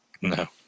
No